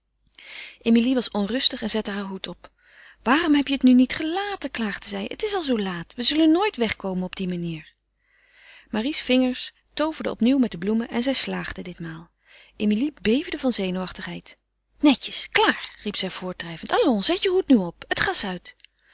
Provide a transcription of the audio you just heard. emilie was onrustig en zette haar hoed op waarom heb je het nu niet gelaten klaagde zij het is al zoo laat we zullen nooit wegkomen op die manier marie's vingers tooverden opnieuw met de bloemen en zij slaagde ditmaal emilie beefde van opgewondenheid netjes klaar riep zij voortdrijvend allons zet je hoed nu op het gas uit